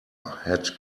had